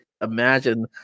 imagine